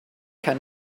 kann